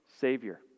Savior